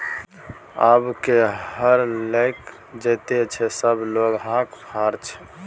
आब के हर लकए जोतैय छै सभ लग लोहाक फार छै